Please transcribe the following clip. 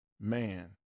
man